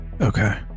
okay